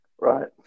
Right